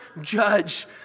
judge